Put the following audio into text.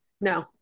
No